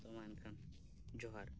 ᱢᱟ ᱮᱱ ᱠᱷᱟᱱ ᱡᱚᱦᱟᱨ